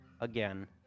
again